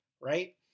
right